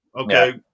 Okay